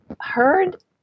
heard